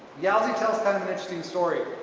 yawzi tells kind of an interesting story.